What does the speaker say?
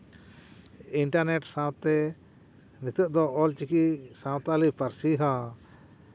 internet ᱥᱟᱶᱛᱮ ᱱᱤᱛᱚᱜ ᱫᱚ ᱚᱞ ᱪᱤᱠᱤ ᱥᱟᱱᱛᱟᱲᱤ ᱯᱟᱹᱨᱥᱤ ᱦᱚᱸ